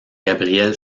gabriel